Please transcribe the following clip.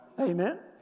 Amen